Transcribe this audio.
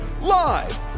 Live